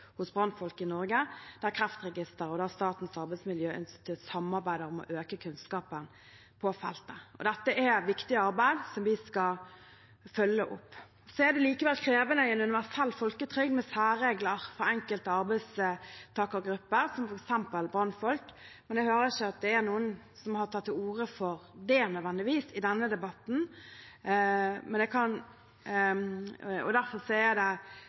hos brannfolk i Norge, der Kreftregisteret og Statens arbeidsmiljøinstitutt samarbeider om å øke kunnskapen på feltet. Dette er et viktig arbeid som vi skal følge opp. Det er likevel i en universell folketrygd krevende med særregler for enkelte arbeidstakergrupper, som f.eks. brannfolk, men jeg hører ikke at det er noen som har tatt til orde for nødvendigvis det i denne debatten.